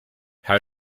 how